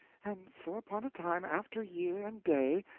and so upon a time, after year and day,